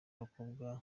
abakobwa